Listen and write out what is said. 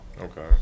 Okay